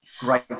great